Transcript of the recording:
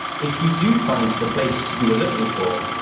if you do find the place you were looking for,